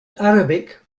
arabic